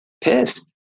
pissed